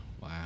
wow